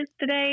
today